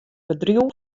bedriuw